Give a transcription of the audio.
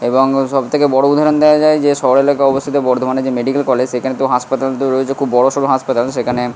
এবং সবথেকে বড় উদাহরণ দেওয়া যায় যে শহর এলাকায় অবস্থিত বর্ধমানের যে মেডিকেল কলেজ সেখানে তো হাসপাতাল তো রয়েছে খুব বড়সড় হাসপাতাল সেখানে